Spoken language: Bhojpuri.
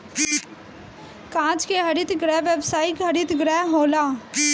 कांच के हरित गृह व्यावसायिक हरित गृह होला